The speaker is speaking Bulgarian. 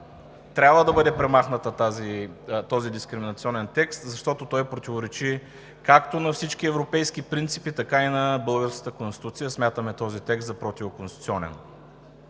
трябва да бъде премахнат, защото той противоречи както на всички европейски принципи, така и на българската Конституцията. Смятаме този текст за противоконституционен.